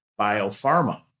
biopharma